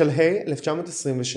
בשלהי 1927